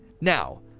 Now